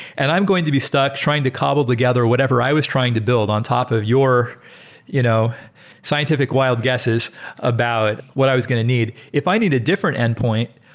and i'm going to be stuck trying to cobble together whatever i was trying to build on top of your you know scientific wild guesses about what i was going to need. if i need a different endpoint,